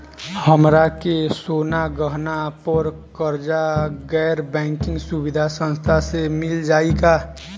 हमरा के सोना गहना पर कर्जा गैर बैंकिंग सुविधा संस्था से मिल जाई का?